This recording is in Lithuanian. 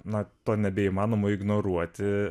nu to nebeįmanoma ignoruoti